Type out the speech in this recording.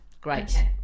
Great